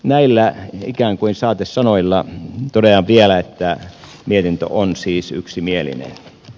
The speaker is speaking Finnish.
näillä ikään kuin saatesanoilla totean vielä että mietintö on siis yksimielinen